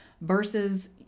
versus